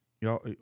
y'all